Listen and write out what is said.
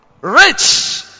Rich